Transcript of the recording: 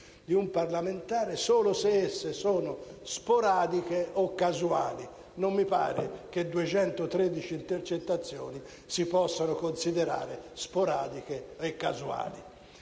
di un parlamentare solo se esse sono sporadiche e casuali. Non mi pare che 213 intercettazioni si possano considerare sporadiche e casuali.